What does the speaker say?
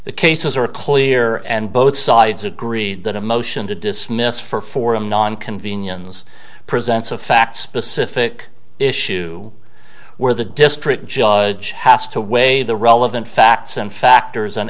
the cases are clear and both sides agreed that a motion to dismiss for forum non convenience presents a fact specific issue where the district judge has to weigh the relevant facts and factors an